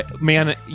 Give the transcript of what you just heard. man